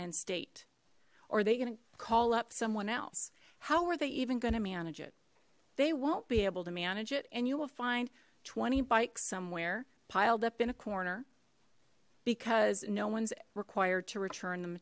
and state or they gonna call up someone else how are they even gonna manage it they won't be able to manage it and you will find twenty bikes somewhere piled up in a corner because no one's required to return them